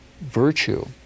virtue